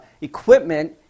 equipment